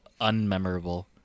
unmemorable